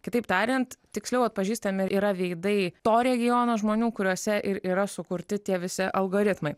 kitaip tariant tiksliau atpažįstami yra veidai to regiono žmonių kuriuose ir yra sukurti tie visi algoritmai